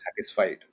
satisfied